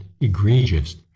egregious